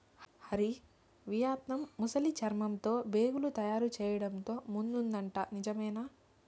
Hari, Vietnam ముసలి చర్మంతో బేగులు తయారు చేయడంతో ముందుందట నిజమేనా